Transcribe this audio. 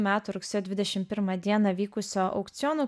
metų rugsėjo dvidešim pirmą dieną vykusio aukciono